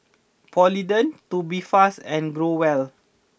Polident Tubifast and Growell